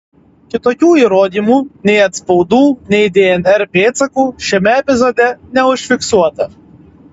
kitokių įrodymų nei atspaudų nei dnr pėdsakų šiame epizode neužfiksuota